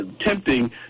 tempting